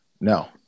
No